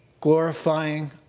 glorifying